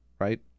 right